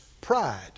Pride